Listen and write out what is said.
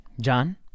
John